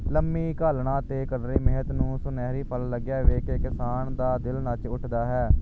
ਲੰਬੀ ਘਾਲਣਾ ਅਤੇ ਕਰੜੀ ਮਿਹਨਤ ਨੂੰ ਸੁਨਹਿਰੀ ਫਲ ਲੱਗਿਆ ਵੇਖ ਕੇ ਕਿਸਾਨ ਦਾ ਦਿਲ ਨੱਚ ਉੱਠਦਾ ਹੈ